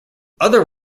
other